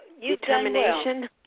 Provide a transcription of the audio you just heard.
Determination